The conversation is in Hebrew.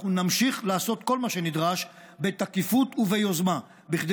אנחנו נמשיך לעשות כל מה שנדרש בתקיפות וביוזמה כדי